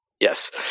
Yes